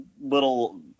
little